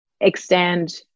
extend